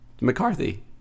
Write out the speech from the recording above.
McCarthy